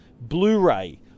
Blu-ray